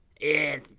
Yes